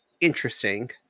interesting